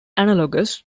analogous